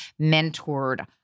mentored